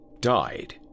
died